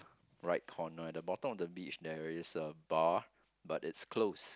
right corner at the bottom of the beach there is a bar but it's closed